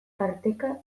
parteka